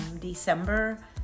December